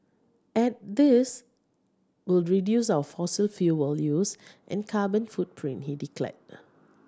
and this will reduce our fossil fuel use and carbon footprint he declared